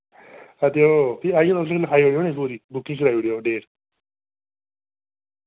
हां ते ओह् फ्ही आइयै उसी लखाई ओेड़ेओ नी पूरी बुकिंग कराई ओड़ेओ ओह् डेट